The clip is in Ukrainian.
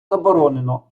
заборонено